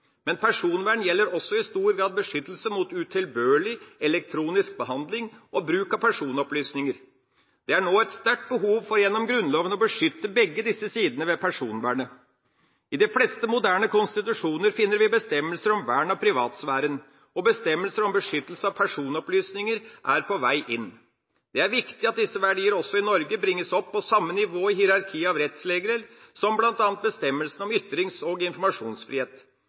Men personvern gjelder også i stor grad beskyttelse mot utilbørlig elektronisk behandling og bruk av personopplysninger. Det er nå et sterkt behov for gjennom Grunnloven å beskytte begge disse sidene ved personvernet. I de fleste moderne konstitusjoner finner vi bestemmelser om vern av privatsfæren, og bestemmelser om beskyttelse av personopplysninger er på vei inn. Det er viktig at disse verdier også i Norge bringes opp på samme nivå i hierarkiet av rettsregler, som bl.a. bestemmelsene om ytrings- og informasjonsfrihet.